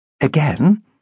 Again